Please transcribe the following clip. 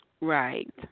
Right